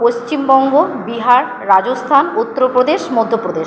Paschimbanga Bihar Rajasthan Uttar Pradesh Madhya Pradesh